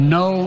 no